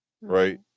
right